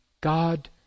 God